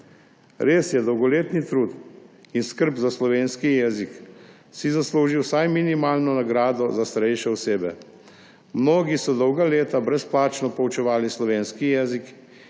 Res je, dolgoletni trud in skrb za slovenski jezik si zasluži vsaj minimalno nagrado za starejše osebe. Mnogi so dolga leta brezplačno poučevali slovenski jezik